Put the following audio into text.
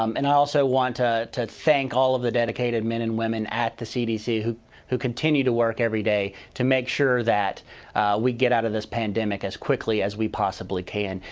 um and i also you want to to thank all of the dedicated men and women at the cdc who who continued to work every day to make sure that we get out of this pandemic as quickly as we possibly can.